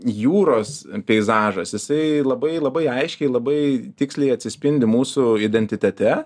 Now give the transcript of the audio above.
jūros peizažas jisai labai labai aiškiai labai tiksliai atsispindi mūsų identitete